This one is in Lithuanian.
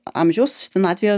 amžiaus senatvėje